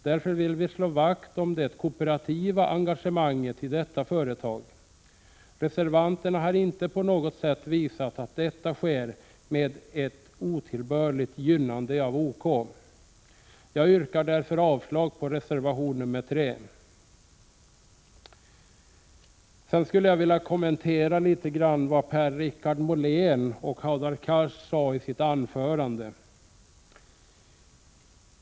Därför vill vi slå vakt om det kooperativa engagemanget i detta företag. Reservanterna har inte på något sett visat att detta sker med ett otillbörligt gynnande av OK. Jag yrkar därför avslag på reservation nr 3. Sedan skulle jag något vilja kommentera vad Per-Richard Molén och Hadar Cars sade i sina anföranden.